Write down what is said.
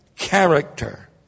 Character